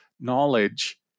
knowledge